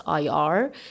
.ir